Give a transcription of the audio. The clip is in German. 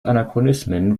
anachronismen